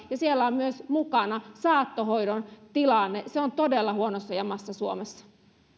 ja siellä on myös mukana saattohoidon tilanne se on todella huonossa jamassa suomessa